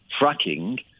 fracking